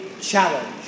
Challenge